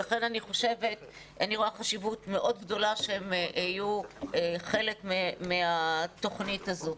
לכן אני רואה חשיבות מאוד גדולה שהם יהיו חלק מהתוכנית הזאת.